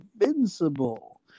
invincible